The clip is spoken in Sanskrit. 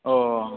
ओ हो